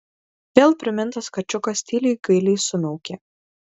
vėl primintas kačiukas tyliai gailiai sumiaukė